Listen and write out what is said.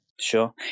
Sure